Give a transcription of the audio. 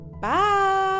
Bye